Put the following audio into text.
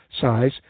size